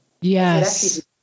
Yes